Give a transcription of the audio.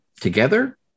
together